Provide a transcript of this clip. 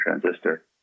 transistor